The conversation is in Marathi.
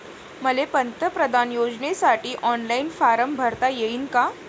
मले पंतप्रधान योजनेसाठी ऑनलाईन फारम भरता येईन का?